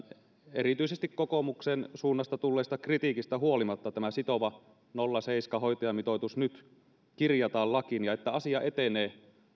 erityisesti kokoomuksen suunnasta tulleesta kritiikistä huolimatta tämä sitova nolla pilkku seitsemän hoitajamitoitus nyt kirjataan lakiin ja että asia etenee